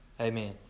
Amen